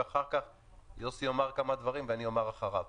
ואחר כך יוסי יאמר כמה דברים ואני אומר אחריו.